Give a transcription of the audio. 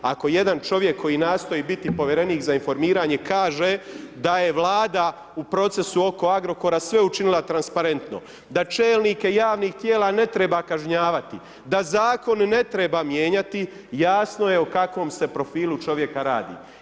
Ako jedan čovjek koji nastoji biti povjerenik za informiranje kaže, da je vlada u procesu oko Agrokora sve učinila transparentno, da čelnike javnih tijela ne treba kažnjavati, da zakon ne treba mijenjati, jasno je kakvom se profilu čovjeka radi.